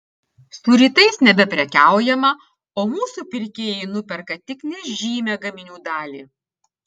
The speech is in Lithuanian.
su rytais nebeprekiaujama o mūsų pirkėjai nuperka tik nežymią gaminių dalį